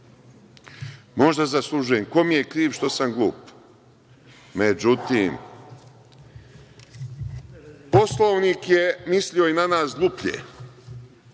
Možda zaslužujem, ko mi je kriv što sam glup. Međutim, Poslovnik je mislio i na nas gluplje,